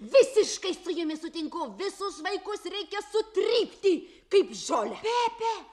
visiškai su jumis sutinku visus vaikus reikia sutrypti kaip žolę pepe